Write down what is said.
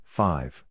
five